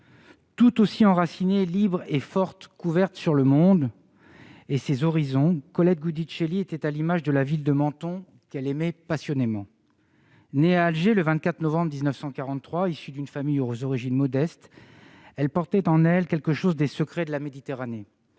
tout aussi enracinée, libre et forte qu'ouverte sur le monde et ses horizons, Colette Giudicelli était à l'image de la ville de Menton, qu'elle aimait passionnément. Née à Alger le 24 novembre 1943, issue d'une famille aux origines modestes, elle portait en elle quelque chose des secrets de la Méditerranée.